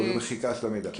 כן.